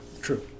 True